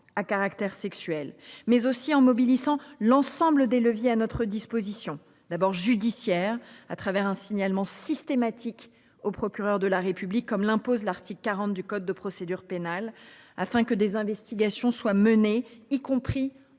à caractère sexuel mais aussi en mobilisant l'ensemble des leviers à notre disposition d'abord judiciaire à travers un signalement systématique au procureur de la République comme l'impose l'article 40 du code de procédure pénale afin que des investigations soient menées, y compris